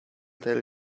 tell